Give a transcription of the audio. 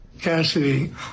Cassidy